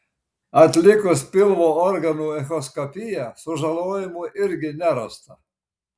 atlikus pilvo organų echoskopiją sužalojimų irgi nerasta